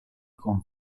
con